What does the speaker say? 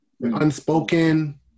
unspoken